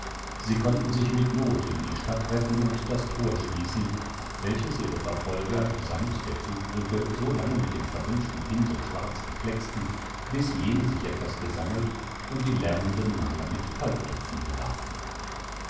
sie konnten sich mit not in die stadt retten und das tor schließen welches ihre verfolger samt der zugbrücke so lange mit dem verwünschten pinsel schwarz beklecksten bis jene sich etwas gesammelt und die lärmenden maler mit kalktöpfen bewarfen